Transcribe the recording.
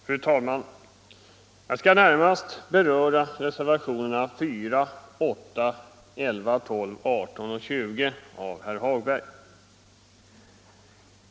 Fru talman! Jag skall närmast beröra reservationerna 4, 8, 11, 12, 18 och 20 av herr Hagberg.